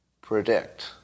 predict